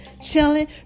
chilling